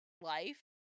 life